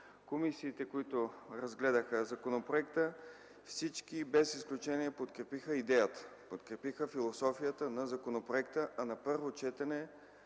Комисиите, които разгледаха законопроекта, всички без изключение подкрепиха идеята, философията на законопроекта, а на първо четене